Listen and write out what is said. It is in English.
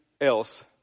else